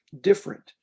different